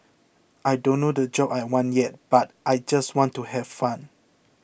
I don't know the job I want yet but I just want to have fun